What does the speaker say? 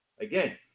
again